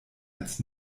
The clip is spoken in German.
als